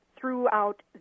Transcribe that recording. throughout